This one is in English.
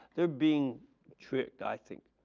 they are being tricked i think